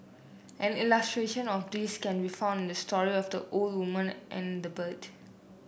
an illustration of this can be found the story of the old woman and the bird